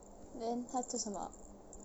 then 他做什么